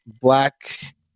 black